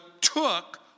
took